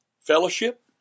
fellowship